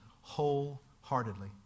wholeheartedly